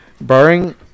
Barring